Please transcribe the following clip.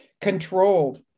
controlled